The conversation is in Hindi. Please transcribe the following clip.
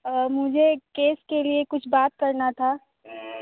मुझे एक केस के लिए कुछ बात करना था